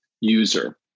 user